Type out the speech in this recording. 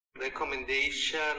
recommendation